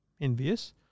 envious